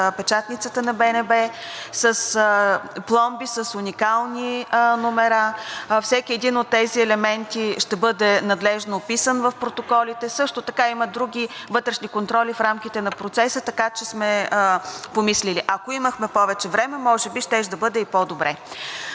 печатницата на БНБ, с пломби с уникални номера – всеки един от тези елементи ще бъде надлежно описан в протоколите. Също така има други вътрешни контроли в рамките на процеса, така че сме помислили. Ако имахме повече време, може би щеше да бъде и по добре.